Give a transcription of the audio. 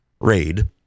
RAID